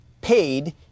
paid